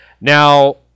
Now